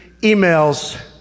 emails